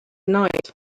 night